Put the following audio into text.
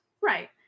Right